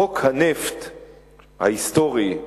חוק הנפט ההיסטורי,